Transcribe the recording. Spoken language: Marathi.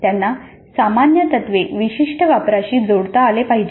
त्यांना सामान्य तत्वे विशिष्ट वापराशी जोडता आली पाहिजेत